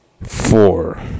four